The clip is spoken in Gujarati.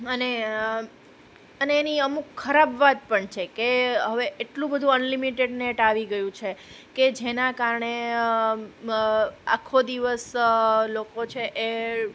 અને અને એની અમુક ખરાબ વાત પણ છે કે હવે એટલું બધું અનલિમિટેડ નેટ આવી ગયું છે કે જેના કારણે આખો દિવસ લોકો છે એ